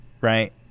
right